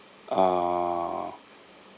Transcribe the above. uh